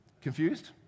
Confused